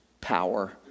power